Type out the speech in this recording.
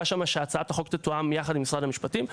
שם שהצעת החוק תתואם יחד עם משרד המשפטים.